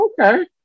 okay